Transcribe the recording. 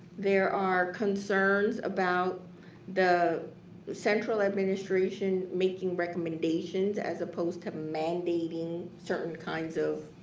there are concerns about the central administration making recommendations as opposed to mandating certain kinds of